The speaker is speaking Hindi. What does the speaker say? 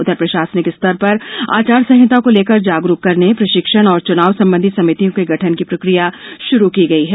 उधर प्रशासनिक स्तर पर आचार संहिता को लेकर जागरूक करने प्रशिक्षण और चुनाव संबंधी समितियों के गठन की प्रकिया शुरू की गयी है